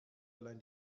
allein